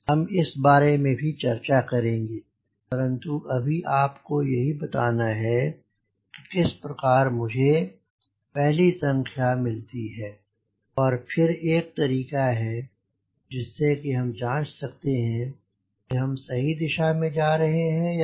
हम इस बारे में भी चर्चा करेंगे परन्तु अभी आपको यही बताना है कि किस प्रकार मुझे पहली संख्या मिलती है और फिर एक तरीका है जिससे हम जाँच सकते हैं कि हम सही दिशा में जा रहे हैं या नहीं